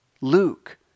Luke